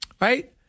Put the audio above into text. right